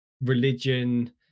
religion